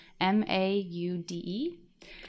m-a-u-d-e